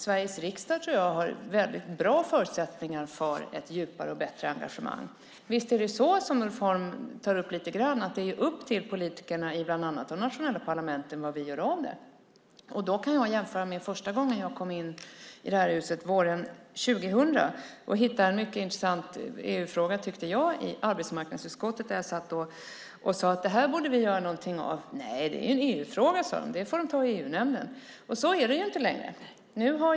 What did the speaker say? Sveriges riksdag har bra förutsättningar för ett djupare och bättre engagemang. Visst är det så som Ulf Holm tar upp, nämligen att det är upp till politikerna i bland annat de nationella parlamenten vad vi gör av EU. Jag kan jämföra med första gången jag kom in i det här huset våren 2000. Jag hittade en intressant EU-fråga i arbetsmarknadsutskottet. Jag sade att vi borde göra något av den frågan. Men då fick jag veta att det är en EU-fråga som borde tas upp i EU-nämnden. Så är det inte längre.